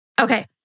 Okay